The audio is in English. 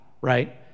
right